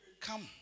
come